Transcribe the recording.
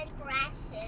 grasses